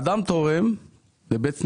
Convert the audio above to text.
אדם תורם לבית כנסת,